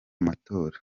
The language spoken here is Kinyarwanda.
matora